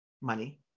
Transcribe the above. money